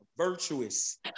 virtuous